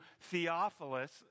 Theophilus